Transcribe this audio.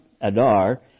Adar